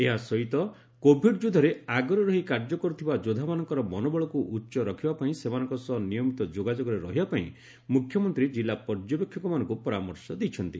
ଏହାସହିତ କୋଭିଡ ଯୁଦ୍ଧରେ ଆଗରେ ରହି କାର୍ଯ୍ୟ କରୁଥିବା ଯୋଦ୍ଧା ମାନଙ୍କର ମନୋବଳକୁ ଉଚ ରଖିବା ପାଇଁ ସେମାନଙ୍କ ସହ ନିୟମିତ ଯୋଗାଯୋଗରେ ରହିବା ପାଇଁ ମୁଖ୍ୟମନ୍ତୀ ଜିଲ୍ଲା ପର୍ଯ୍ୟବେଷକମାନଙ୍କୁ ପରାମର୍ଶ ଦେଇଛନ୍ତି